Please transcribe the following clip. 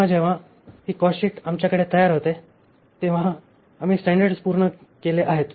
जेव्हा जेव्हा ही कॉस्टशीट आमच्याकडे तयार होते तेव्हा आम्ही स्टँडर्ड्स पूर्ण केले आहेत